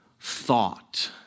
thought